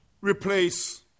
replace